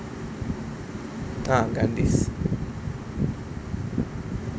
ah gandhis